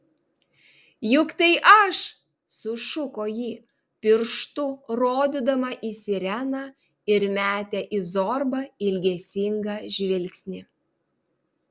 juk tai aš sušuko ji pirštu rodydama į sireną ir metė į zorbą ilgesingą žvilgsnį